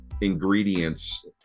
ingredients